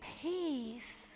peace